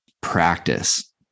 practice